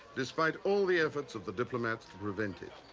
despite all the efforts of the diplomats to prevent it.